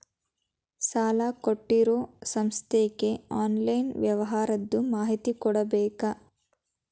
ಸಾಲಾ ಕೊಟ್ಟಿರೋ ಸಂಸ್ಥಾಕ್ಕೆ ಆನ್ಲೈನ್ ವ್ಯವಹಾರದ್ದು ಮಾಹಿತಿ ಕೊಡಬೇಕಾ?